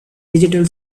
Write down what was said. digital